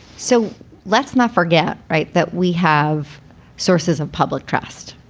so let's not forget, right. that we have sources of public trust.